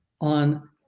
on